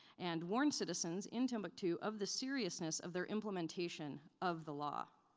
and warned citizens in timbuktu of the seriousness of their implementation of the law.